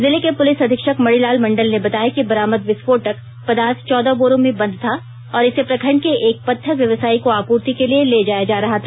जिले के पुलिस अधीक्षक मणिलाल मंडल ने बतया कि बरामद विस्फोटक पदार्थ चौदह बोरों में बंद था और इसे प्रखण्ड के एक पत्थर व्यवसायी को आपूर्ति के लिए ले जाया जा रहा था